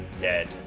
dead